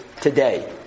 today